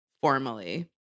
formally